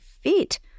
fit